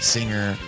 Singer